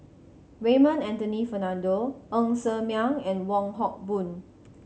Raymond Anthony Fernando Ng Ser Miang and Wong Hock Boon